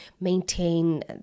maintain